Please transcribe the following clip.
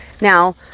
Now